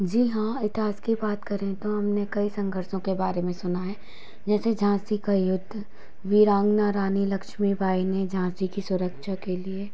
जी हाँ इतिहास की बात करें तो हमने कई संघर्षों के बारे में सुना है जैसे झाँसी का युद्ध वीरांगना रानी लक्ष्मीबाई ने झाँसी की सुरक्षा के लिए